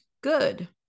good